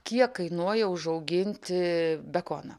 kiek kainuoja užauginti bekoną